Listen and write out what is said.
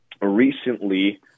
Recently